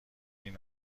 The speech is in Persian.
این